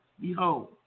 Behold